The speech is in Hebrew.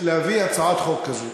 להביא הצעת חוק כזו.